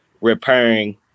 repairing